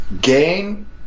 gain